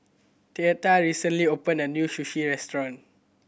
Theta recently opened a new Sushi Restaurant